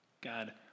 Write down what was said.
God